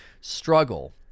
struggle